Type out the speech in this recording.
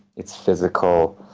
it's physical,